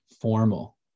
formal